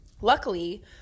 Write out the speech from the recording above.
Luckily